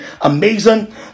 amazing